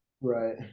Right